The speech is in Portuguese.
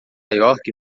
york